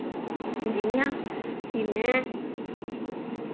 जि'यां कि में